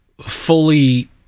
fully